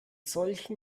solchen